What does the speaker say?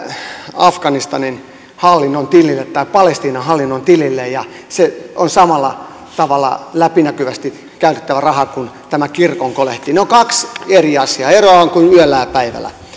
afganistanin hallinnon tilille tai palestiinan hallinnon tilille ja se on samalla tavalla läpinäkyvästi käytettävä raha kuin tämä kirkon kolehti ne ovat kaksi eri asiaa eroa on kuin yöllä ja päivällä